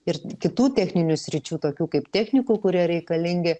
ir kitų techninių sričių tokių kaip technikų kurie reikalingi